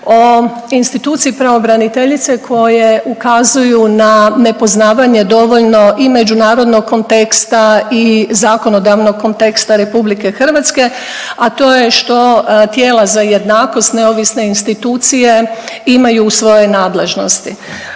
o instituciji pravobraniteljice koje ukazuju na nepoznavanje dovoljno i međunarodnog konteksta i zakonodavnog konteksta RH, a to je što tijela za jednakost neovisne institucije imaju u svojoj nadležnosti.